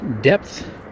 depth